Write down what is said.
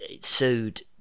sued